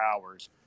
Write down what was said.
hours